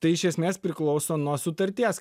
tai iš esmės priklauso nuo sutarties